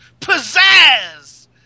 pizzazz